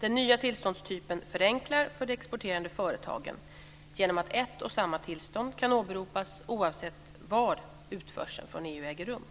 Den nya tillståndstypen förenklar för de exporterande företagen genom att ett och samma tillstånd kan åberopas oavsett var utförseln från EU äger rum.